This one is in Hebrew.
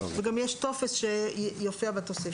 וגם יש טופס שיופיע בתוספת.